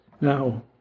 Now